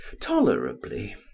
tolerably